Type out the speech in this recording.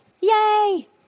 Yay